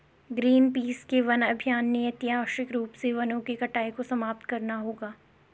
Greenpeace के वन अभियान ने ऐतिहासिक रूप से वनों की कटाई को समाप्त करना होगा